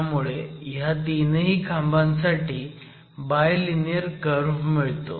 त्यामुळे ह्या तीनही खांबांसाठी बाय लिनीयर कर्व्ह मिळतो